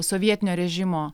sovietinio režimo